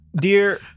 Dear